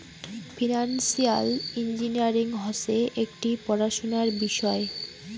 financial engineering হসে একটি পড়াশোনার বিষয়